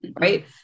right